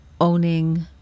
owning